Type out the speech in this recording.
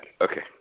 Okay